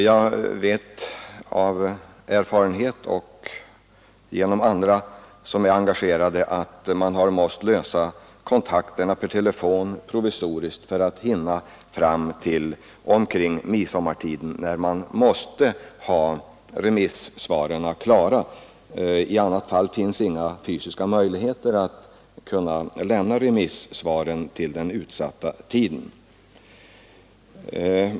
Jag vel av erfarenhet och genom dem som är engagerade att man provisoriskt har måst ordna kontakter per telefon för att hinna få fram materialet i tid. I annat fall finns inga fysiska möjligheter att kunna lämna remissvaren till den utsatta tiden.